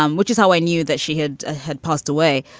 um which is how i knew that she had ah had passed away.